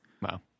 Wow